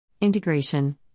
Integration